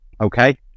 Okay